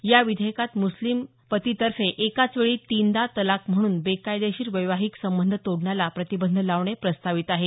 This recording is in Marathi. या विधेयकात मुस्लीम पतीतर्फे एकाचवेळी तीनदा तलाक म्हणून बेकायदेशीर वैवाहिक संबंध तोडण्याला प्रतिबंध लावणे प्रस्तावित आहे